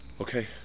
Okay